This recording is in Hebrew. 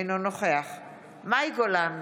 אינו נוכח מאי גולן,